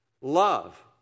love